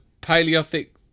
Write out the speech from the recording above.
paleolithic